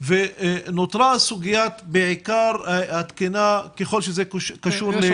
ונותרה סוגית התקינה ככל שזה קשור למספר הילדים.